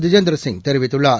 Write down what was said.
ஜிதேந்திரசிங் தெரிவித்துள்ளார்